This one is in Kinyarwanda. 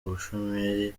ubushomeri